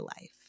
life